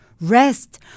rest